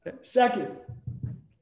Second